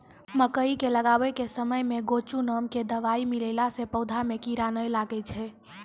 मकई के लगाबै के समय मे गोचु नाम के दवाई मिलैला से पौधा मे कीड़ा नैय लागै छै?